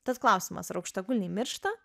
tad klausimas ar aukštakulniai miršta